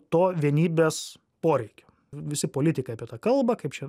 to vienybės poreikio visi politikai apie tą kalba kaip čia